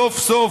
סוף-סוף,